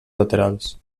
laterals